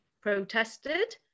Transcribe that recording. protested